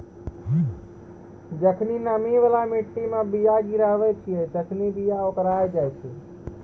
जखनि नमी बाला मट्टी मे बीया गिराबै छिये तखनि बीया ओकराय जाय छै